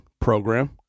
program